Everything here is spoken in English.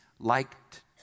liked